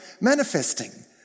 manifesting